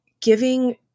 giving